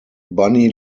bunny